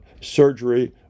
surgery